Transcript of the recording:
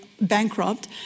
bankrupt